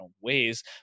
ways